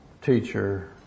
teacher